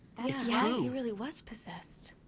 really was possessed.